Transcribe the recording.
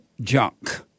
junk